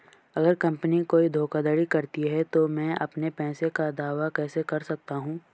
अगर कंपनी कोई धोखाधड़ी करती है तो मैं अपने पैसे का दावा कैसे कर सकता हूं?